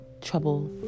trouble